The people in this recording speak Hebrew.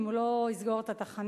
אם הוא לא יסגור את התחנה,